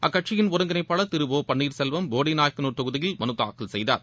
அக்கட்சியின் ஒருங்கிணைப்பாளர் திரு ஒ பன்னீர்செல்வம் போடிநாயக்கனூர் தொகுதியில் மனு தாக்கல் செய்தார்